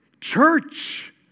church